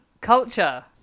culture